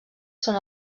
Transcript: són